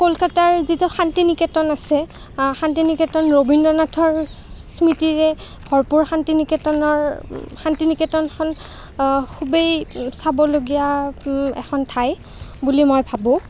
কলকতাৰ যিটো শান্তি নিকেতন আছে শান্তি নিকেতন ৰবীন্দ্ৰনাথৰ স্মৃতিৰে ভৰপূৰ শান্তি নিকেতনৰ শান্তি নিকেতনখন খুবেই চাবলগীয়া এখন ঠাই বুলি মই ভাবোঁ